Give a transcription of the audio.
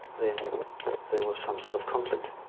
then there was some sort of conflict.